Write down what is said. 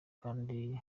kandi